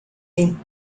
tem